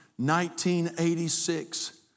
1986